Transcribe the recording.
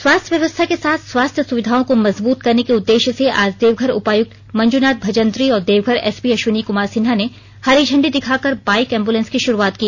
स्वास्थ्य व्यवस्था के साथ स्वास्थ्य सुविधाओं को मजबूत करने के उद्देश्य से आज देवघर उपायुक्त मंजूनाथ भजंत्री और देवघर एसपी अश्विनी कुमार सिन्हा ने हरी झंडी दिखाकर बाइक एम्बूलेंस की शुरुआत की